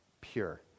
pure